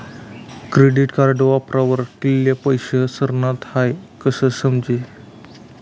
credit card वापरावर कित्ला पैसा सरनात हाई कशं समजी